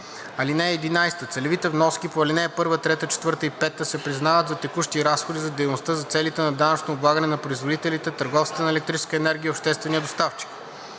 4 и 5. (11) Целевите вноски по ал. 1, 3, 4 и 5 се признават за текущи разходи за дейността за целите на данъчното облагане на производителите, търговците на електрическа енергия и обществения доставчик.